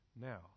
Now